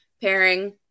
pairing